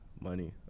money